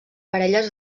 parelles